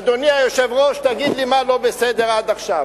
אדוני היושב-ראש, תגיד לי, מה לא בסדר עד עכשיו?